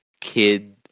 kid